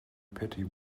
petty